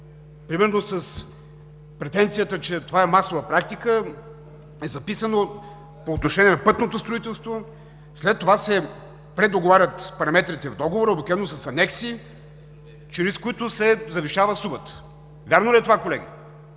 Примерно с претенцията, че това е масова практика, е записано – по отношение на пътното строителство, след това се предоговарят параметрите в договора, обикновено с анекси, чрез които се завишава сумата. Вярно ли е това, колеги?